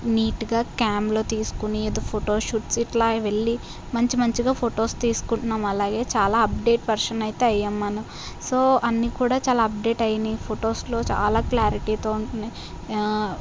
నీట్గా క్యామ్లో తీసుకుని ఏదో ఫోటో షూట్స్ ఇట్లా వెళ్ళి మంచి మంచిగా ఫొటోస్ తీసుకుంటున్నాం అలాగే చాలా అప్డేట్ వర్షన్ అయితే అయ్యాం మనం సో అన్ని కూడా చాలా అప్డేట్ అయినాయి ఫొటోస్లో చాలా క్లారిటీతో ఉంటున్నాయి